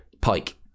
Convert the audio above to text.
pike